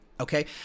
okay